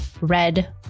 red